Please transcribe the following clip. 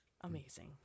Amazing